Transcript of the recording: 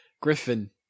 Griffin